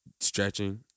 stretching